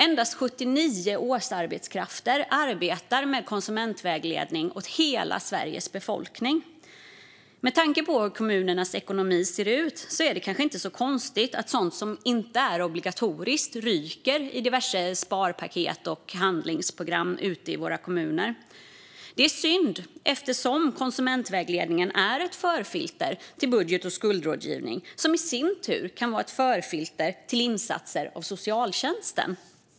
Endast 79 årsarbetskrafter arbetar med konsumentvägledning åt hela Sveriges befolkning. Med tanke på hur kommunernas ekonomi ser ut är det inte konstigt att sådant som inte är obligatoriskt ryker i diverse sparpaket och handlingsprogram i våra kommuner. Det är synd, eftersom konsumentvägledningen är ett förfilter till budget och skuldrådgivning, som i sin tur kan vara ett förfilter till insatser från socialtjänsten.